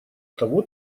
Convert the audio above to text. того